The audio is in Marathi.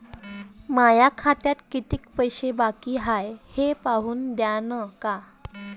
माया खात्यात कितीक पैसे बाकी हाय हे पाहून द्यान का?